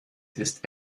ist